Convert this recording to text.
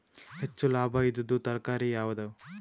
ಹೆಚ್ಚು ಲಾಭಾಯಿದುದು ತರಕಾರಿ ಯಾವಾದು?